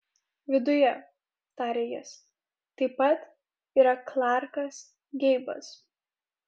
viduje tarė jis taip pat yra klarkas geibas